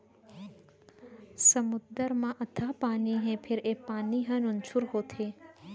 समुद्दर म अथाह पानी हे फेर ए पानी ह नुनझुर होथे